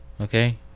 Okay